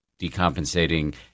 decompensating –